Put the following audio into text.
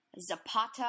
Zapata